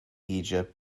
egypt